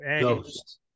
Ghost